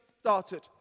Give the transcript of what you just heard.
started